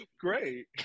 great